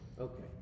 okay